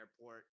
Airport